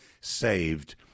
saved